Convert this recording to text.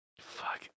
Fuck